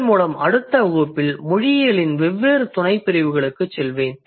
இதன் மூலம் அடுத்த வகுப்பில் மொழியியலின் வெவ்வேறு துணை பிரிவுகளுக்குச் செல்வேன்